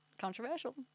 Controversial